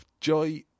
joy